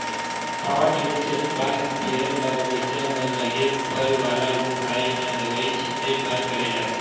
power tiller चलित बाग इस्पेयर ल बगीचा म लगे फर वाला रूख राई म दवई छिते बर करे जाथे